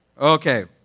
Okay